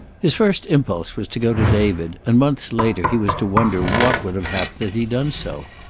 his first impulse was to go to david, and months later he was to wonder what would have happened had he done so.